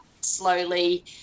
slowly